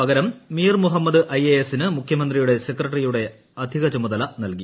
പകരം മിർ മുഹമ്മദിന് മുഖ്യമന്ത്രിയുടെ സെക്രട്ടറിയുടെ അധിക ചുമതല നൽകി